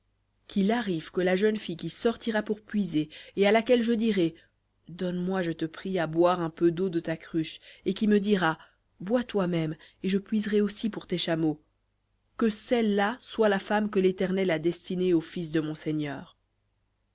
qu'il arrive que la jeune fille qui sortira pour puiser et à laquelle je dirai donne-moi je te prie à boire un peu d'eau de ta cruche et qui me dira bois toi-même et je puiserai aussi pour tes chameaux que celle-là soit la femme que l'éternel a destinée au fils de mon seigneur